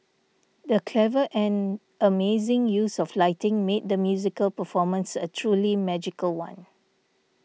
the clever and amazing use of lighting made the musical performance a truly magical one